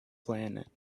planet